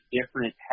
different